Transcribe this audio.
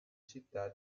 città